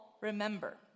Remember